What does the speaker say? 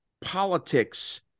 politics